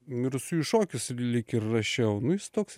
mirusiųjų šokius lyg ir rašiau nu jis toks